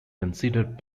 considered